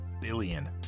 billion